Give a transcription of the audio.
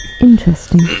Interesting